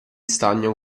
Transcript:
stagno